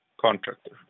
contractor